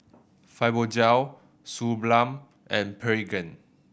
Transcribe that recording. Fibogel Suu Balm and Pregain